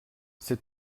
c’est